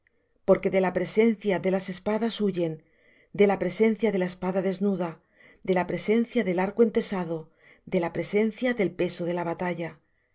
porque de la presencia de las espadas huyen de la presencia de la espada desnuda de la presencia del arco entesado de la presencia del peso de la batalla